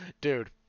Dude